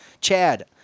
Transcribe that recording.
Chad